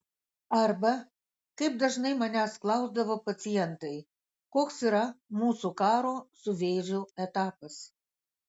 arba kaip dažnai manęs klausdavo pacientai koks yra mūsų karo su vėžiu etapas